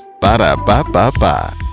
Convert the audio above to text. Ba-da-ba-ba-ba